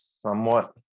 somewhat